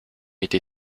été